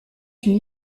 une